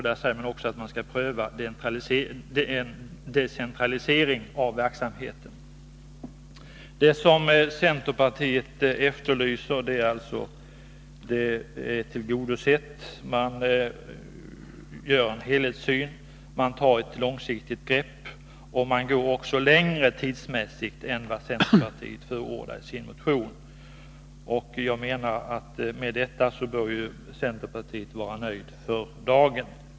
Man skall också pröva en decentralisering av verksamheten. Vad centerpartiet efterlyser är alltså tillgodosett. Man har en helhetssyn och tar ett långsiktigt grepp. Man går tidsmässigt längre än centerpartiet förordar i sin motion. Med detta bör centerpartiet vara nöjt för dagen.